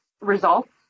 results